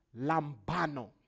lambano